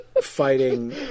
Fighting